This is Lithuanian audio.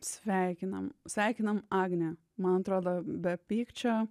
sveikinam sveikinam agnę man atrodo be pykčio